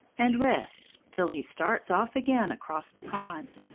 and rests till he starts off again across the pond.